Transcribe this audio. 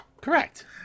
correct